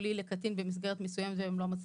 טיפולי לקטין במסגרת מסוימת והם לא מצליחים.